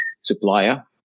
supplier